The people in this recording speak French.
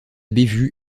bévue